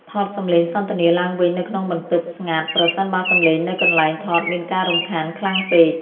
ថតសម្លេងសន្ទនាឡើងវិញនៅក្នុងបន្ទប់ស្ងាត់ប្រសិនបើសំឡេងនៅកន្លែងថតមានការរំខានខ្លាំងពេក។